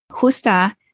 Justa